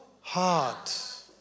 heart